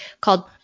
called